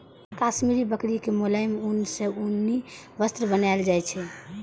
काश्मीरी बकरी के मोलायम ऊन सं उनी वस्त्र बनाएल जाइ छै